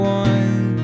one